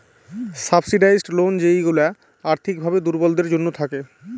subsidised loan যেইগুলা আর্থিক ভাবে দুর্বলদের জন্য থাকে